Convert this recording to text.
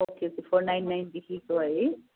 okay four nine नाइनदेखिको है